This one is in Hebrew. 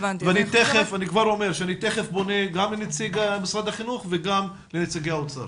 ואני תיכף פונה גם לנציג משרד החינוך וגם לנציגי האוצר.